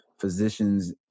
physicians